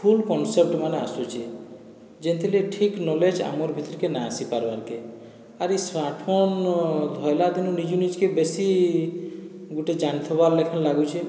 ଭୁଲ କନସେପ୍ଟମାନେ ଆସୁଛେ ଯେନ୍ଥିର୍ ଲାଗି ଠିକ୍ ନଲେଜ ଆମର ଭିତର୍କେ ନା ଆସି ପାର୍ବାର୍କେ ଆରି ସ୍ମାର୍ଟଫୋନ ଧଇଲା ଦିନୁ ନିଜୁ ନିଜ୍କେ ବେଶୀ ଗୋଟିଏ ଜାଣିଥିବାର ଲେଖାଁ ଲାଗୁଛେ